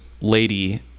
lady